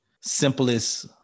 simplest